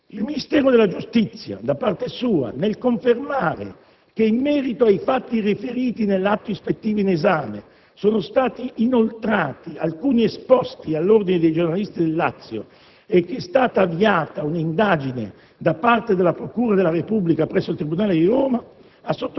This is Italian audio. Il Ministero della giustizia, da parte sua, nel confermare che, in merito ai fatti riferiti nell'atto ispettivo in esame, sono stati inoltrati alcuni esposti all'Ordine dei giornalisti del Lazio e che è stata avviata un'indagine da parte della procura della Repubblica presso il Tribunale di Roma,